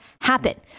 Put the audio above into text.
happen